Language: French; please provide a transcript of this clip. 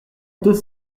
deux